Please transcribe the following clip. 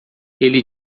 ele